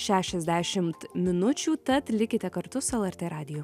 šešiasdešimt minučių tad likite kartu su lrt radiju